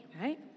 right